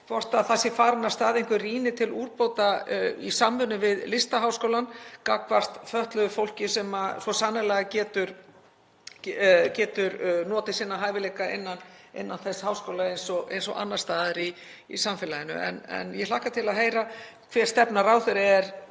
hvort farin sé af stað einhver rýni til úrbóta í samvinnu við Listaháskólann gagnvart fötluðu fólki sem svo sannarlega getur notið sinna hæfileika innan þess háskóla eins og annars staðar í samfélaginu. Ég hlakka til að heyra hver stefna ráðherra er